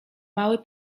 mały